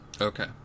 Okay